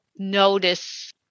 notice